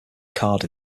card